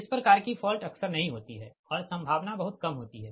इस प्रकार की फॉल्ट अक्सर नही होती है और संभावना बहुत कम होती है